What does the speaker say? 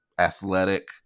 Athletic